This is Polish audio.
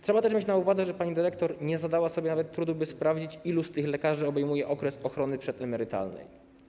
Trzeba też mieć na uwadze, że pani dyrektor nawet nie zadała sobie trudu, żeby sprawdzić, ilu z tych lekarzy obejmuje okres ochrony przedemerytalnej.